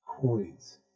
coins